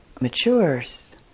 matures